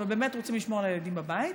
אבל באמת רוצים לשמור על הילדים בבית.